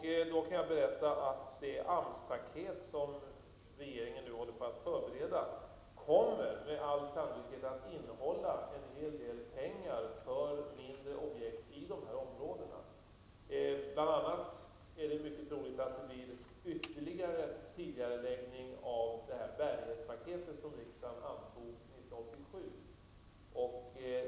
Jag kan berätta att det AMS-paket som regeringen nu håller på att förbereda med all sannolikhet kommer att innehålla en hel del pengar för mindre objekt i de här områdena. Bl.a. är det mycket troligt att det blir ytterligare tidigareläggning av det ''paket'' som riksdagen antog 1987.